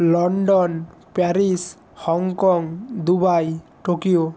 London Paris Hong Kong Dubai Tokyo